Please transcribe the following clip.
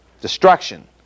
destruction